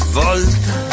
volta